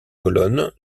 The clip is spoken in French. colonnes